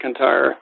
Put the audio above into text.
McIntyre